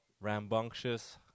Rambunctious